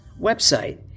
website